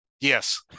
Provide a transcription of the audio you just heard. Yes